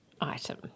item